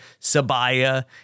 Sabaya